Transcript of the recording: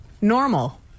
normal